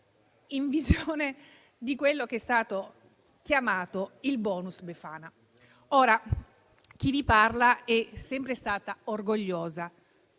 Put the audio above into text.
in mente quello che è stato chiamato il *bonus* Befana. Chi vi parla è sempre stata orgogliosa